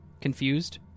Confused